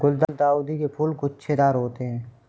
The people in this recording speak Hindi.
गुलदाउदी के फूल गुच्छेदार होते हैं